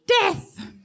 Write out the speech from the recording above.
death